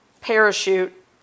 parachute